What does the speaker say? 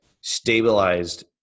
stabilized